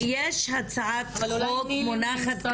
הצעת חוק מונחת,